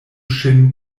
ŝin